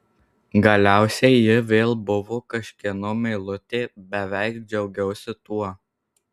galiausiai ji vėl buvo kažkieno meilutė beveik džiaugiausi tuo